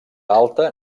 alta